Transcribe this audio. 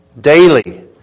daily